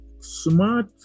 smart